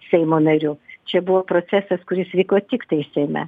seimo nariu čia buvo procesas kuris vyko tiktai seime